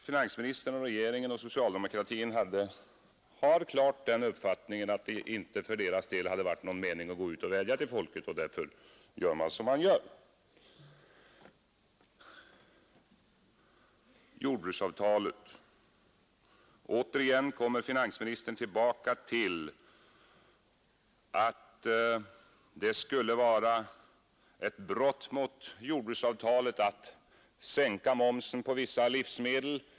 Finansministern och regeringen och socialdemokratin har klart den uppfattningen att det inte för deras del hade varit någon mening med att gå ut och vädja till folket, och därför gör man som man gör. Jordbruksavtalet: Återigen kommer finansministern tillbaka till att det skulle vara ett brott mot jordbruksavtalet att sänka momsen på vissa livsmedel.